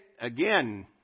again